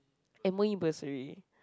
m_o_e bursary